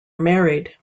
married